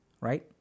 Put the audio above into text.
right